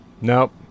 nope